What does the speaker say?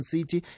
City